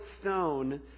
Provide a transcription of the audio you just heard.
stone